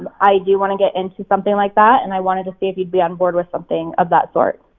i do want to get into something like that and i wanted to see if you'd be on board with something of that sort.